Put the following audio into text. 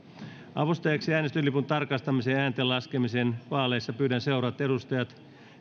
avustajiksi äänestyslippujen tarkastamiseen ja äänten laskemiseen vaalissa pyydän seuraavat edustajat